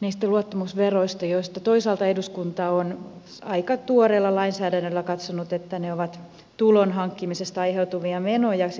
niistä luottamusveroista joista toisaalta eduskunta on aika tuoreella lainsäädännöllä katsonut että ne siis kunnalliset luottamushenkilömaksut ovat tulonhankkimisesta aiheutuvia menoja siis